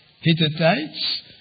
Hittites